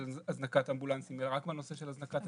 הזנקת אמבולנסים אלא רק בנושא של הזנקת כוננים.